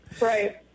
Right